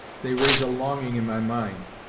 they raise a longing in my mind,